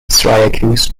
syracuse